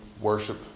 worship